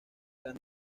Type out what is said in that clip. gran